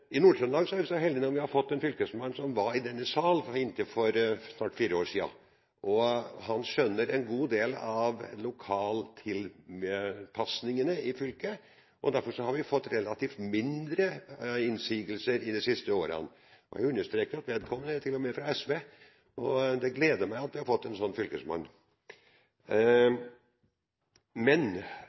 er vi så heldige at vi har fått en fylkesmann som var i denne sal for inntil snart fire år siden, som skjønner en god del av lokale tilpasninger i fylket, derfor har vi fått relativt mindre innsigelser de siste årene. Jeg understreker at vedkommende til og med er fra SV, og det gleder meg at vi har fått en slik fylkesmann.